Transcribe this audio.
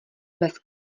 bez